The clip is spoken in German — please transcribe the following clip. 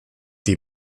die